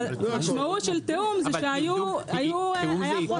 אבל המשמעות של תיאום זה שהיה חוסר --- תיאום זה התנגדות?